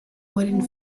wood